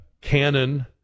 Canon